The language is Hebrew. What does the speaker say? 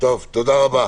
תודה רבה.